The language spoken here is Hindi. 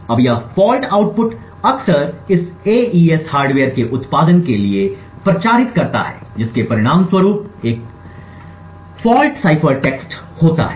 अब यह दोषपूर्ण आउटपुट अक्सर इस एईएस हार्डवेयर के उत्पादन के लिए प्रचारित करता है जिसके परिणामस्वरूप एक दोषपूर्ण साइफर टेक्स्ट होता है